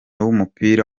w’umupira